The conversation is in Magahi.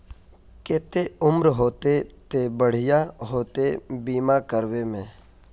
केते उम्र होते ते बढ़िया होते बीमा करबे में?